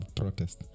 protest